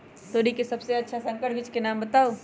तोरी के सबसे अच्छा संकर बीज के नाम बताऊ?